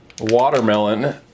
Watermelon